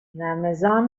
رمضان